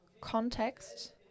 context